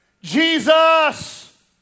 Jesus